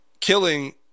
killing